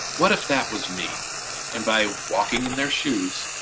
what if that was me and by walking in their shoes,